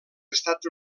estats